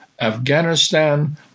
Afghanistan